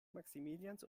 maximilians